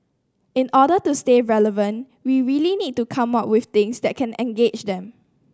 in order to stay relevant we really need to come up with things that can engage them